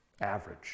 average